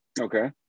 Okay